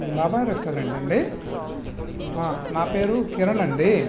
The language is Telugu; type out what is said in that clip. బాబా రెస్టరెంట్ అండి ఆ నా పేరు కిరణ్ అండి